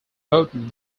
voted